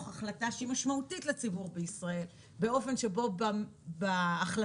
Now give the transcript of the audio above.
החלטה שהיא משמעותית לציבור בישראל באופן שבו בהחלטה